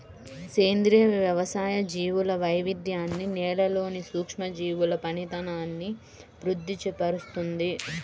సేంద్రియ వ్యవసాయం జీవుల వైవిధ్యాన్ని, నేలలోని సూక్ష్మజీవుల పనితనాన్ని వృద్ది పరుస్తుంది